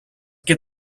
get